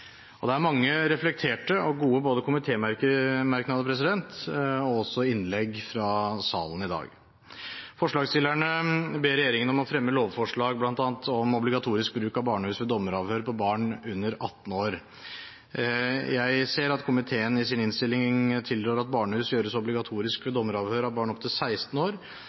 dag. Det er mange reflekterte og gode komitémerknader og innlegg fra salen i dag. Forslagsstillerne ber regjeringen om å fremme lovforslag bl.a. om obligatorisk bruk av barnehus ved dommeravhør av barn under 18 år. Jeg ser at komiteen i sin innstilling tilrår at bruk av barnehus gjøres obligatorisk ved dommeravhør av barn opp til 16 år